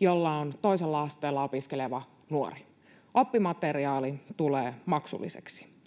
ja perheessä on toisella asteella opiskeleva nuori. Oppimateriaali tulee maksulliseksi.